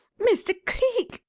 mr. cleek!